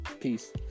Peace